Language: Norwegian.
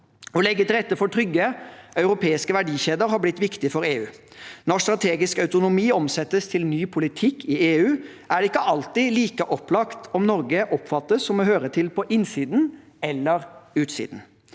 Å legge til rette for trygge europeiske verdikjeder har blitt viktig for EU. Når strategisk autonomi omsettes til ny politikk i EU, er det ikke alltid like opplagt om Norge oppfattes som å høre til på innsiden eller utsiden.